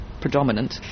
predominant